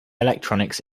electronics